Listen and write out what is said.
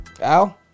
Al